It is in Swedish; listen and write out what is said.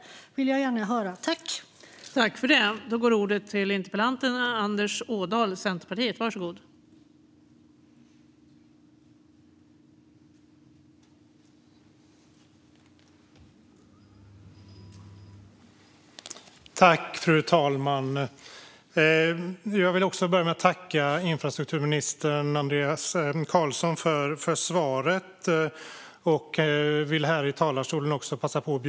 Det vill jag gärna höra mer om.